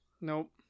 Nope